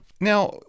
Now